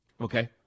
Okay